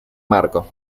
marco